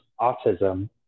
autism